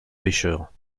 pêcheur